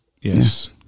Yes